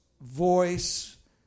voice